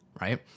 right